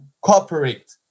cooperate